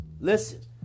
Listen